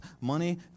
money